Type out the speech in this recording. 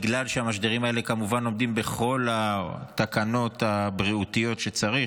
בגלל שהמשדרים האלה כמובן עומדים בכל התקנות הבריאותיות שצריך,